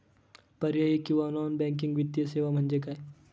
पर्यायी किंवा non banking वित्तीय सेवा म्हणजे काय?